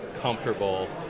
comfortable